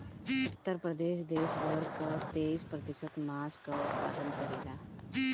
उत्तर प्रदेश देस भर कअ तेईस प्रतिशत मांस कअ उत्पादन करेला